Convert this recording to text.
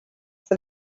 for